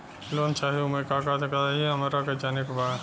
Loan चाही उमे का का चाही हमरा के जाने के बा?